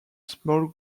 small